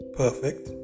perfect